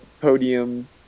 podium